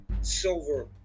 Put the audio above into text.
Silver